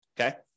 Okay